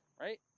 Right